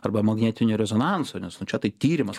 arba magnetiniu rezonansu nes čia tai tyrimas